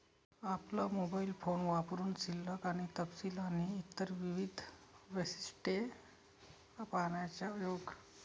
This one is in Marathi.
आपला मोबाइल फोन वापरुन शिल्लक आणि तपशील आणि इतर विविध वैशिष्ट्ये पाहण्याचा योग